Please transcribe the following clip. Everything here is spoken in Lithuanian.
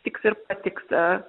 tiks ir patiks a